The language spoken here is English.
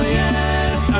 yes